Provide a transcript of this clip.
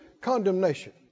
condemnation